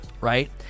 right